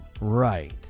right